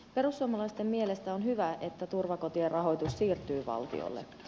perussuomalaisten mielestä on hyvä että turvakotien rahoitus siirtyy valtiolle